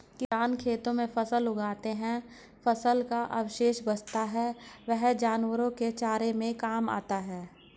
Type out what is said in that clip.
किसान खेतों में फसल उगाते है, फसल का अवशेष बचता है वह जानवरों के चारे के काम आता है